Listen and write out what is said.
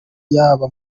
yaba